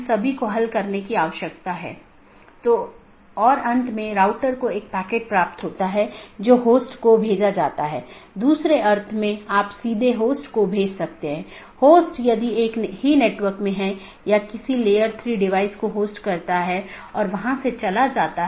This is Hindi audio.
अब मैं कैसे एक मार्ग को परिभाषित करता हूं यह AS के एक सेट द्वारा परिभाषित किया गया है और AS को मार्ग मापदंडों के एक सेट द्वारा तथा गंतव्य जहां यह जाएगा द्वारा परिभाषित किया जाता है